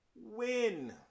win